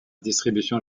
distribution